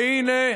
והינה,